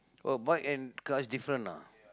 oh but and cars different ah